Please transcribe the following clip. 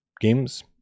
games